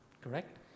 Correct